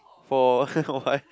for what